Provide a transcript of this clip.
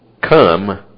come